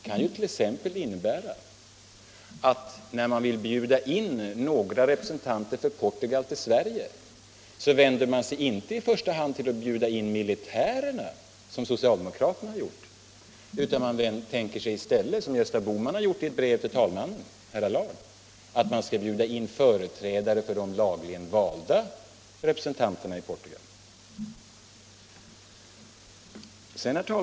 Det kan t.ex. innebära att man när man vill bjuda in några representanter för Portugal till Sverige inte i första hand inviterar representanter för militärerna, som socialdemokraterna har gjort, utan i stället, som Gösta Bohman föreslagit i ett brev till talman Allard, lagligen valda representanter i Portugal.